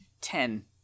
ten